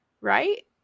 right